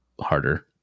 Harder